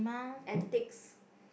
antiques